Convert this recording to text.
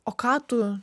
o ką tu